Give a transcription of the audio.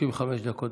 35 דקות.